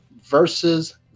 versus